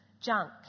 junk